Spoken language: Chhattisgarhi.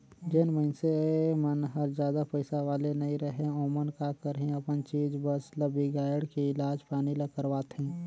जेन मइनसे मन हर जादा पइसा वाले नइ रहें ओमन का करही अपन चीच बस ल बिगायड़ के इलाज पानी ल करवाथें